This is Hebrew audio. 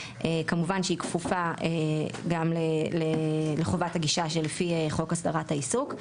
כמובן שהיא כפופה גם לחובת הגישה שלפי חוק הסדרת העיסוק.